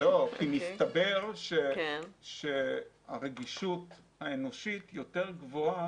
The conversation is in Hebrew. כי מסתבר שהרגישות האנושית יותר גבוהה